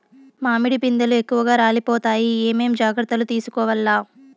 మామిడి పిందెలు ఎక్కువగా రాలిపోతాయి ఏమేం జాగ్రత్తలు తీసుకోవల్ల?